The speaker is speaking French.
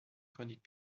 chronique